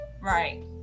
Right